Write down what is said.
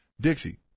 Dixie